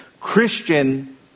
Christian